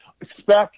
Expect